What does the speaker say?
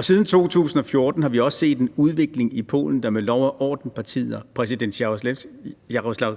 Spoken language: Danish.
Siden 2014 har vi også set en udvikling i Polen, der med Lov og orden-partiet og præsident Jaroslaw